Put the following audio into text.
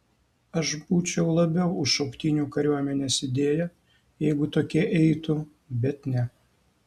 aš būčiau labai už šauktinių kariuomenės idėją jeigu tokie eitų bet ne